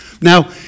Now